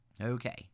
Okay